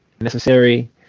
necessary